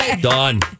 Done